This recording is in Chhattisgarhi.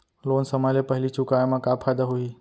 लोन समय ले पहिली चुकाए मा का फायदा होही?